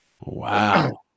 Wow